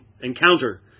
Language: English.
encounter